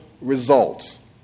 results